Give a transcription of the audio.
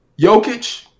Jokic